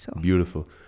beautiful